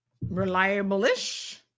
reliable-ish